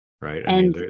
Right